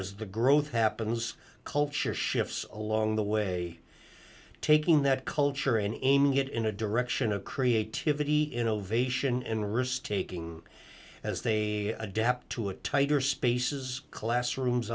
as the growth happens culture shifts along the way taking that culture and aiming it in a direction of creativity innovation and risk taking as they adapt to it tighter spaces classrooms